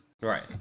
Right